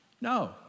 No